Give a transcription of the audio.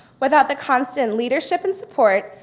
without the constant leadership and support,